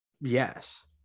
Yes